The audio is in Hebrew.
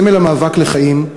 סמל המאבק לחיים,